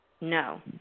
No